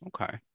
Okay